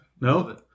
No